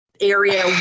area